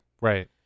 right